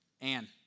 Anne